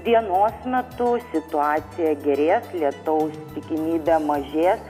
dienos metu situacija gerės lietaus tikimybė mažės